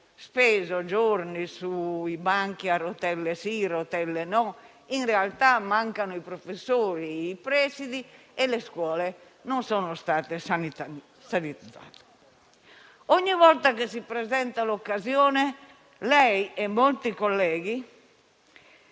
speso giorni sui banchi a rotelle sì o banchi a rotelle, mentre, in realtà, mancano i professori e i presidi e le scuole non sono state sanitizzate. Ogni volta che si presenta l'occasione, lei e molti colleghi